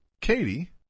Katie